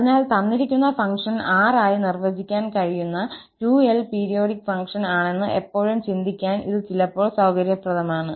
അതിനാൽ തന്നിരിക്കുന്ന ഫംഗ്ഷൻ ℝ ആയി നിർവ്വചിക്കാൻ കഴിയുന്ന 2𝑙 പീരിയോഡിക് ഫംഗ്ഷൻ ആണെന്ന് എപ്പോഴും ചിന്തിക്കാൻ ഇത് ചിലപ്പോൾ സൌകര്യപ്രദമാണ്